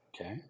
Okay